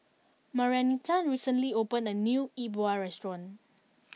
Marianita recently opened a new Yi Bua Restaurant